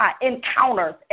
Encounters